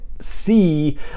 See